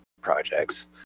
projects